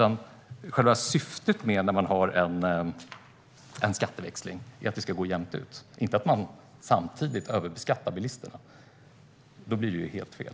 Själva syftet med en skatteväxling är ju att det ska gå jämnt ut, inte att man ska överbeskatta bilisterna. Då blir det helt fel.